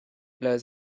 blows